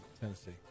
Tennessee